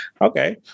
Okay